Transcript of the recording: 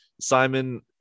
Simon